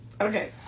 Okay